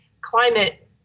climate